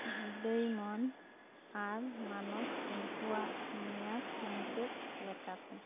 ᱦᱤᱫᱟᱹᱭ ᱢᱚᱱ ᱟᱨ ᱢᱟᱱᱚᱛ ᱩᱱᱠᱩᱣᱟᱜ ᱢᱮᱭᱟᱛ ᱢᱩᱪᱟᱹᱫ ᱞᱮᱠᱟᱛᱮ